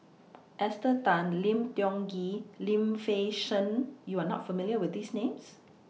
Esther Tan Lim Tiong Ghee Lim Fei Shen YOU Are not familiar with These Names